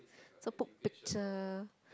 so put picture